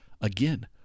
Again